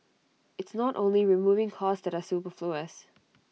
it's not only removing costs that are superfluous